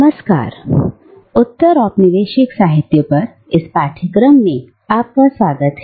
नमस्कार और उत्तर औपनिवेशिक साहित्य पर इस पाठ्यक्रम में आपका स्वागत है